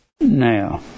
Now